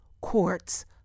courts